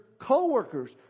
co-workers